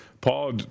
Paul